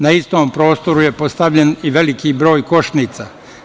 Na istom prostoru je postavljen i veliki broj košnica.